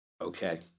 Okay